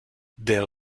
der